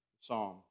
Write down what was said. Psalm